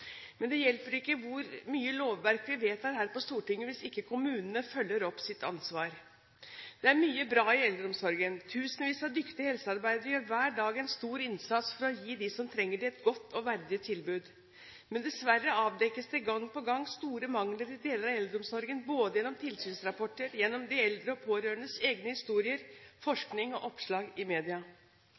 Men det hjelper ikke hvor mye lovverk vi vedtar her på Stortinget, hvis ikke kommunene følger opp sitt ansvar. Det er mye bra i eldreomsorgen. Tusenvis av dyktige helsearbeidere gjør hver dag en stor innsats for å gi dem som trenger det, et godt og verdig tilbud. Men dessverre avdekkes det gang på gang store mangler i deler av eldreomsorgen både gjennom tilsynsrapporter, gjennom de eldre og pårørendes egne historier og gjennom forskning og oppslag i media.